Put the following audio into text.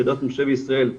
כדת משה וישראל,